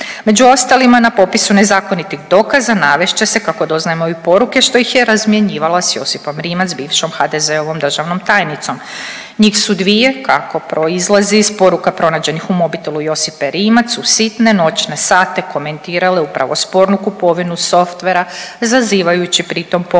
Među ostalima na popisu nezakonitih dokaza navest će se kako doznajemo i poruke što ih je razmjenjivala s Josipom Rimac bivšom HDZ-ovom državnom tajnicom. Njih su dvije kako proizlazi iz poruka pronađenih u mobitelu Josipe Rimac u sitne noćne sate komentirale upravo spornu kupovinu Softvera zazivajući pri tom pomoć